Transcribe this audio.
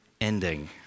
ending